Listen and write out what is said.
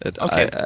Okay